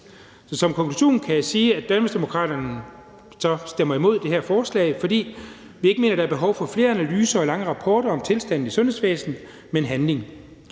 som konklusion kan jeg sige, at Danmarksdemokraterne stemmer imod det her forslag, fordi vi ikke mener, der er behov for flere analyser og lange rapporter om tilstanden i sundhedsvæsenet, men handling.